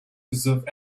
deserve